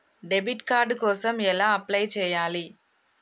Debit card కోసం ఎలా apply చేయాలి?